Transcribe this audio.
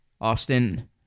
Austin